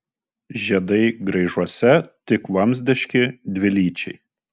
žiedai graižuose tik vamzdiški dvilyčiai